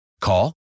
Call